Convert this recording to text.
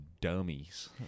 dummies